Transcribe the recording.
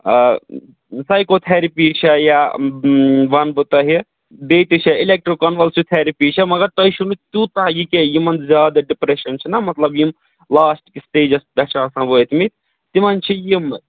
psycho تھرِپی چھےٚ یا وَنہٕ بہٕ تۄہہِ بیٚیہِ تہِ چھ اِلیٚکٹروکَنوَلسِو تھَریپی چھے مگر تۄہہِ چھُونہٕ تیوٗتاہ یہِ کینٛہہ یِمَن زیادٕ ڈِپرٛیٚشَن چھُ نہَ مطلب یِم لاسٹ کِس سِٹیجَس پیٹھ چھِ آسان وٲتۍ مٕتۍ تِمَن چھِ یِم